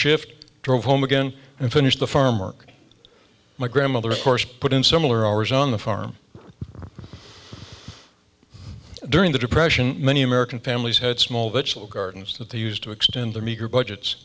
shift drove home again and finished the farmer my grandmother of course put in similar hours on the farm during the depression many american families had small the gardens that they used to extend their meager budgets